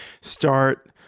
start